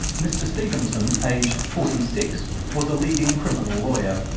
mr stevenson, aged forty six, was a leading criminal lawyer.